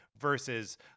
Versus